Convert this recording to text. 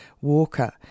Walker